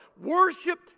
Worship